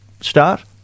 start